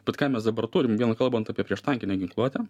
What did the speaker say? bet ką mes dabar turim vien kalbant apie prieštankinę ginkluotę